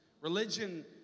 Religion